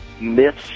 myths